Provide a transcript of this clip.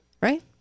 Right